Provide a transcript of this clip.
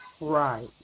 right